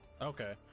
okay